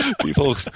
People